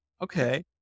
okay